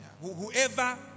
Whoever